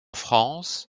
france